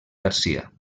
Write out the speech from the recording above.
garcia